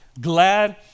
Glad